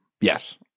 Yes